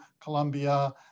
Colombia